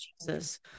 Jesus